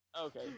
Okay